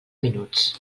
minuts